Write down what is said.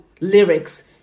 lyrics